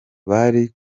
bari